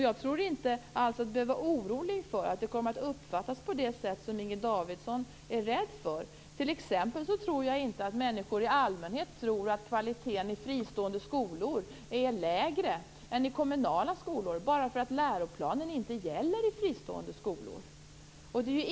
Jag tror inte alls att Inger Davidson behöver vara orolig för att det kommer att uppfattas på det sätt hon är rädd att det uppfattas. T.ex. tror jag inte att människor i allmänhet tror att kvaliteten i fristående skolor är lägre än kvaliteten i kommunala skolor bara därför att läroplanen inte gäller i fristående skolor.